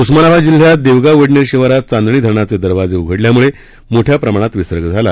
उस्मानाबाद जिल्ह्यात देवगाव वडनेर शिवारात चांदणी धरणाचे दरवाजे उघडल्यामुळे मोठ्या प्रमाणात विसर्ग झाला